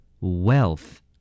Wealth